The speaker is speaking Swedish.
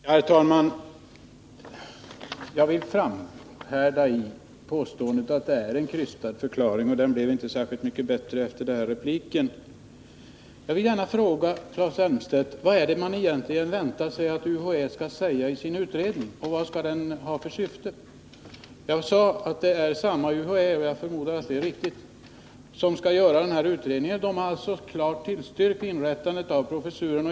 Herr talman! Jag framhärdar i påståendet att det är en krystad förklaring — och den blev inte särskilt mycket bättre efter den senaste repliken. Jag vill gärna fråga Claes Elmstedt: Vad är det man egentligen väntar sig att UHÄ skall säga i sin utredning? Och vad skall den ha för syfte? Den här utredningen skall göras av samma UHÄ, sade jag — och jag förmodar att det är riktigt — som klart tillstyrkt inrättandet av professuren.